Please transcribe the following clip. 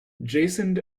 jason